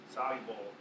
soluble